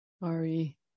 Sorry